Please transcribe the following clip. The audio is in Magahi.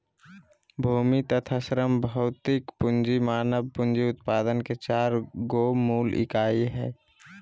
भूमि तथा श्रम भौतिक पूँजी मानव पूँजी उत्पादन के चार गो मूल इकाई हइ